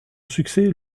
succès